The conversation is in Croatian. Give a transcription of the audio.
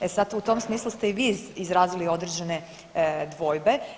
E sad u tom smislu ste i vi izrazili određene dvojbe.